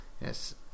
Yes